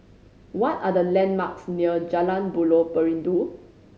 what are the landmarks near Jalan Buloh Perindu